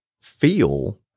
feel